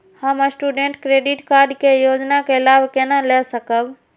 हम student credit card के योजना के लाभ केना लय सकब?